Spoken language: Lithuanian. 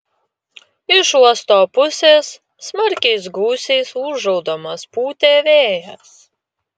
iš uosto pusės smarkiais gūsiais ūžaudamas pūtė vėjas